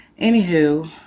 anywho